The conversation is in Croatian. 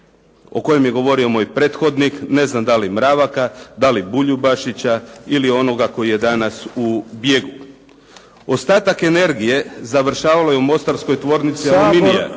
o kome je govorio moj prethodnik. Ne znam da li Mravaka, da li Buljubašića ili onoga koji je danas u bijegu. Ostatak energije završavao je u Mostarskoj tvornici.